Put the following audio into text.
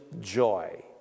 joy